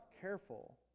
careful